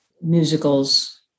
musicals